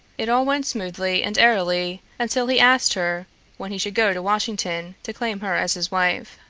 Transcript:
it all went smoothly and airily until he asked her when he should go to washington to claim her as his wife.